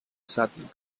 southern